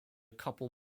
couple